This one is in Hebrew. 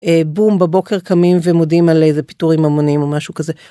בום בבוקר קמים ומודים על איזה פיטורים המוניים או משהו כזה.